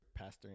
pastoring